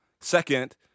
Second